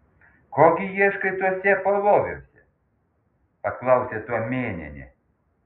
ko gi ieškai tuose paloviuose paklausė tuomėnienė